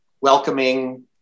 welcoming